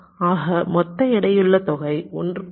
ஆக மொத்த எடையுள்ள தொகை 1